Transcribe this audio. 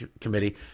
Committee